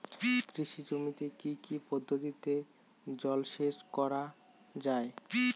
কৃষি জমিতে কি কি পদ্ধতিতে জলসেচ করা য়ায়?